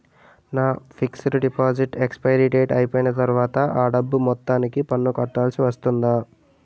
నా fixed deposit expiry date అయిపోయిన తర్వాత అ డబ్బు మొత్తానికి పన్ను కట్టాల్సి ఉంటుందా?